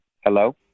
Hello